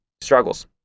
Struggles